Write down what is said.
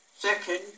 Second